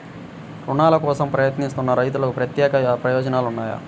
రుణాల కోసం ప్రయత్నిస్తున్న రైతులకు ప్రత్యేక ప్రయోజనాలు ఉన్నాయా?